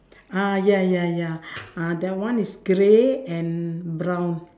ah ya ya ya ah that one is grey and brown